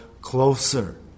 closer